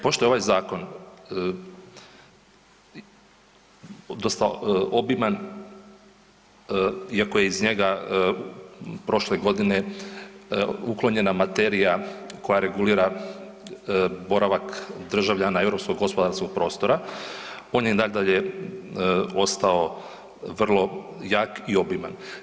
Pošto je ovaj zakon dosta obiman, iako je iz njega prošle godine uklonjena materija koja regulira boravak državljana europskog gospodarskog prostora, on je nadalje ostao vrlo jak i obiman.